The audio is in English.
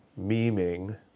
memeing